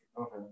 Okay